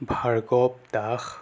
Bhargav Das